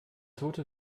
tote